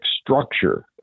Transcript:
structure